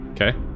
Okay